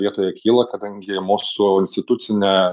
vietoje kyla kadangi mūsų institucinė